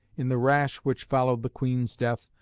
in the rash which followed the queen's death,